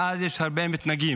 כי אז יש הרבה מתנגדים.